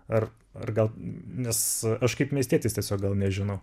ar ar gal nes aš kaip miestietis tiesiog gal nežinau